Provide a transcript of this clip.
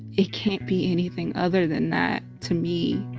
it can't be anything other than that, to me.